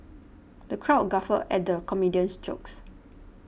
the crowd guffawed at the comedian's jokes